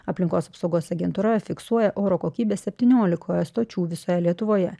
aplinkos apsaugos agentūra fiksuoja oro kokybę septyniolikoje stočių visoje lietuvoje